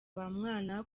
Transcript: bamwana